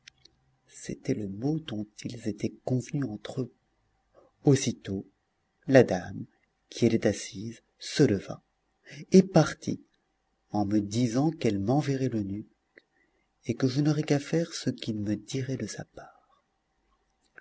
c'était le mot dont ils étaient convenus entre eux aussitôt la dame qui était assise se leva et partit en me disant qu'elle m'enverrait l'eunuque et que je n'aurais qu'à faire ce qu'il me dirait de sa part